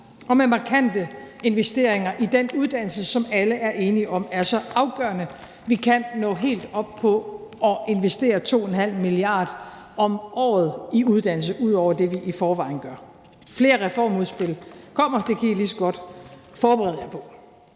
og med markante investeringer i den uddannelse, som alle er enige om er så afgørende; vi kan nå helt op på at investere 2,5 mia. kr. om året i uddannelse ud over det, vi i forvejen gør. Flere reformudspil kommer. Det kan I lige så godt forberede jer på.